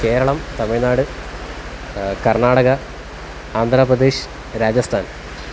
Keralam Tamil Nadu Karnataka Andhra Pradesh Rajasthan